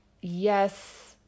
Yes